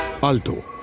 Alto